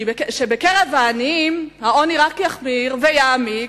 שבקרב העניים העוני רק יחמיר ויעמיק,